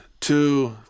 two